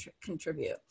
contribute